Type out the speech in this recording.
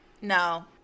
No